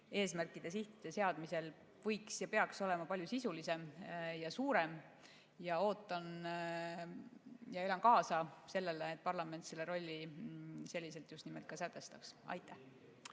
eesmärkide, sihtide seadmisel võiks olla ja peaks olema palju sisulisem ja suurem. Ma ootan seda ja elan kaasa sellele, et parlament oma rolli selliselt just nimelt ka sätestaks. Aitäh!